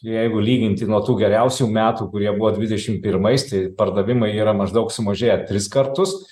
jeigu lyginti nuo tų geriausių metų kurie buvo dvidešimt pirmais tai pardavimai yra maždaug sumažėję tris kartus